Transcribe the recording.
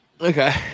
Okay